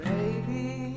Baby